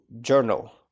journal